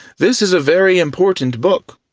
this is a very important book!